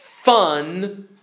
fun